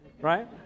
Right